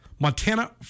montana